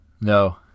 No